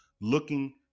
looking